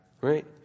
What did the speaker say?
right